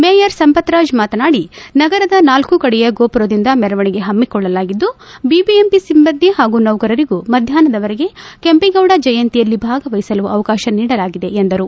mayor Sampathraj ಮಾತನಾಡಿ ನಗರದ ನಾಲ್ಡೂ ಕಡೆಯ ಗೋಪುರದಿಂದ ಮೆರವಣಿಗೆ ಹಮ್ನಿಕೊಳ್ಳಲಾಗಿದ್ದು ಬಿಬಿಎಂಪಿ ಸಿಭ್ಗಂದಿ ಹಾಗೂ ನೌಕರರಿಗೂ ಮಧ್ಯಾಹ್ನದವರೆಗೆ ಕೆಂಪೇಗೌಡ ಜಯಂತಿಯಲ್ಲಿ ಭಾಗವಹಿಸಲು ಅವಕಾಶ ನೀಡಲಾಗಿದೆ ಎಂದರು